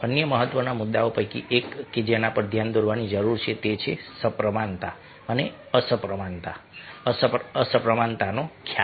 અન્ય મહત્વના મુદ્દાઓ પૈકી એક કે જેના પર ધ્યાન દોરવાની જરૂર છે તે છે સપ્રમાણતા અને અસમપ્રમાણતાનો ખ્યાલ